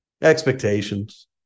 expectations